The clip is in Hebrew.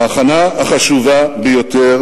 ההכנה החשובה ביותר